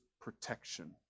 protection